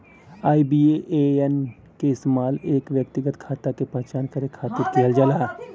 IBAN क इस्तेमाल एक व्यक्तिगत खाता क पहचान करे खातिर किहल जाला